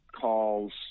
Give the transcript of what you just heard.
calls